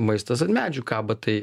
maistas ant medžių kaba tai